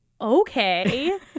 Okay